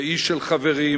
ואיש של חברים,